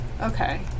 Okay